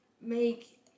make